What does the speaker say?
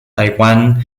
taiwán